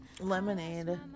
lemonade